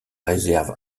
réserve